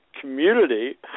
community